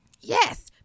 Yes